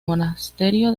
monasterio